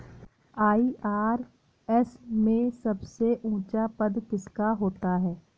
IRS में सबसे ऊंचा पद किसका होता है?